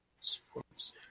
Sports